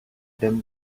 them